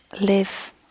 live